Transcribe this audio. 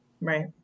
Right